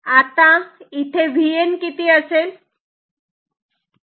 आता इथे Vn किती असेल